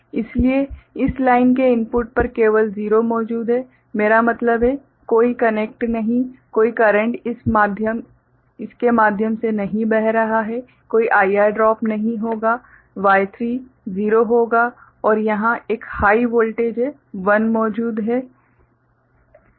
इसलिए इस लाइन के इनपुट पर केवल 0 मौजूद है मेरा मतलब है कोई कनेक्ट नहीं कोई करेंट इस के माध्यम से नहीं बह रहा है कोई IR ड्रॉप नहीं होगा Y3 0 होगा और यहां एक हाइ वोल्टेज है 1 मौजूद है